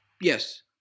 Yes